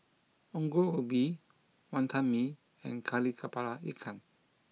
Ongol Ubi Wonton Mee and Kari Kepala Ikan